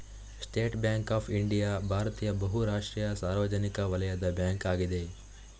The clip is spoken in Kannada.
ಸ್ಟೇಟ್ ಬ್ಯಾಂಕ್ ಆಫ್ ಇಂಡಿಯಾ ಭಾರತೀಯ ಬಹು ರಾಷ್ಟ್ರೀಯ ಸಾರ್ವಜನಿಕ ವಲಯದ ಬ್ಯಾಂಕ್ ಅಗಿದೆ